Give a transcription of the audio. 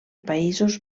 països